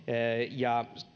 ja